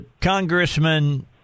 Congressman